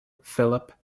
philip